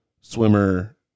Swimmer